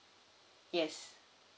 yes